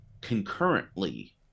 concurrently